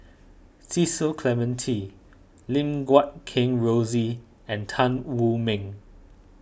Cecil Clementi Lim Guat Kheng Rosie and Tan Wu Meng